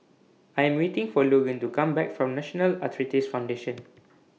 I Am waiting For Logan to Come Back from National Arthritis Foundation